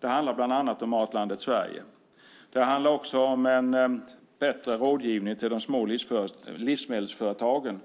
Det handlar bland annat om Matlandet Sverige. Det handlar också om en bättre rådgivning till de små livsmedelsföretagen.